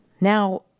Now